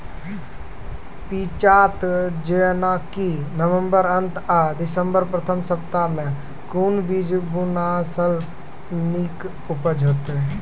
पीछात जेनाकि नवम्बर अंत आ दिसम्बर प्रथम सप्ताह मे कून बीज बुनलास नीक उपज हेते?